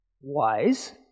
wise